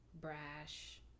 brash